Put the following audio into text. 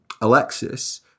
Alexis